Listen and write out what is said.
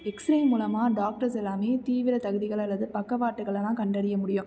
x ray மூலமாக doctors எல்லாமே தீவிர தகதிகள் அல்லது பக்கவாட்டுகளைலாம் கண்டறிய முடியும்